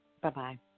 Bye-bye